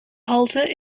halte